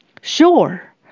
Sure